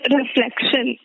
reflection